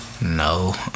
No